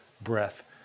breath